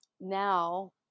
now